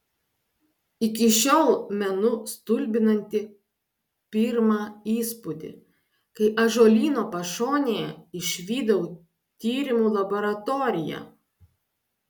iki šiol menu stulbinantį pirmą įspūdį kai ąžuolyno pašonėje išvydau tyrimų laboratoriją